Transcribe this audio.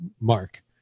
Mark